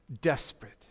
desperate